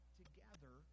together